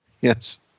Yes